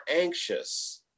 anxious